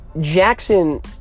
Jackson